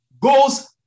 goes